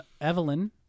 Evelyn